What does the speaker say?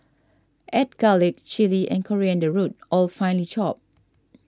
add garlic chilli and coriander root all fined chopped